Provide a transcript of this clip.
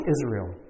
Israel